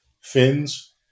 fins